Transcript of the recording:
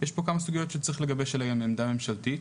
יש פה כמה סוגיות שצריך לגבש עליהן עמדה ממשלתית.